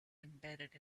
embedded